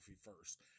first